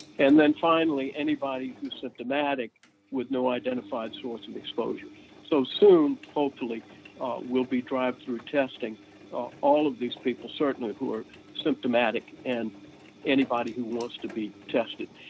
and then finally anybody who's symptomatic with no identified sorts of exposures, so soon hopefully we'll be drive-through testing all of these people certainly who are symptomatic and anybody who wants to be tested.